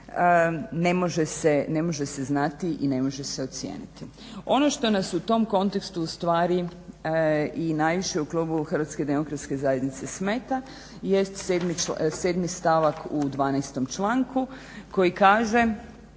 ne može se znati i ne može se ocijeniti. Ono što nas u tom kontekstu u stvari i najviše u klubu Hrvatske demokratske zajednice smeta jest 7. stavak u 12. članku koji kaže